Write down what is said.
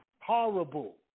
horrible